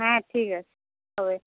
হ্যাঁ ঠিক আছে হবে